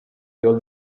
your